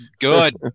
Good